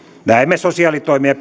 näemme sosiaalitoimen ja